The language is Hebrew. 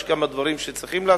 יש כמה דברים שצריך לעשות.